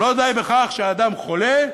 לא די בכך שהאדם חולה,